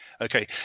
Okay